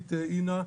הסמנכ"לית אינה,